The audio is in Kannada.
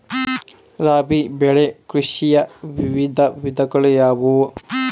ರಾಬಿ ಬೆಳೆ ಕೃಷಿಯ ವಿವಿಧ ವಿಧಗಳು ಯಾವುವು?